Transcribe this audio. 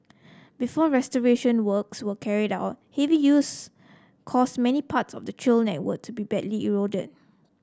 before restoration works were carried out heavy use caused many parts of the trail network to be badly eroded